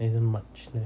isn't much left